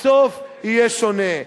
הסוף יהיה שונה.